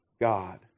God